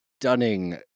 stunning